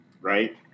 Right